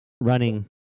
running